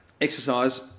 exercise